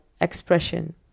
expression